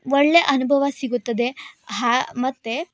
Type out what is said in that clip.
ಒಳ್ಳೆಯ ಅನುಭವ ಸಿಗುತ್ತದೆ ಹಾ ಮತ್ತೆ